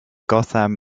gotham